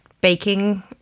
baking